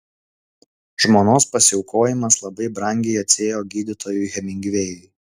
žmonos pasiaukojimas labai brangiai atsiėjo gydytojui hemingvėjui